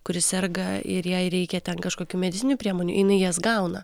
kuri serga ir jei reikia ten kažkokių medzinių priemonių jinai jas gauna